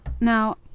Now